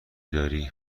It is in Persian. داری